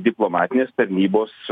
diplomatinės tarnybos